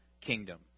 kingdom